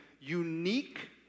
unique